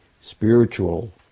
spiritual